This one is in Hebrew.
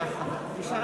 אדוני